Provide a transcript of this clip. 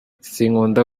sinkunda